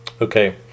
Okay